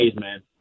man